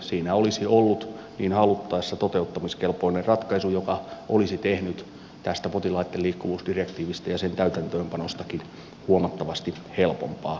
siinä olisi ollut niin haluttaessa toteuttamiskelpoinen ratkaisu joka olisi tehnyt tästä potilaitten liikkuvuusdirektiivistä ja sen täytäntöönpanostakin huomattavasti helpompaa